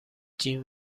جین